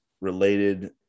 related